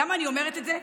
למה אני אומרת את זה?